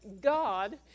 God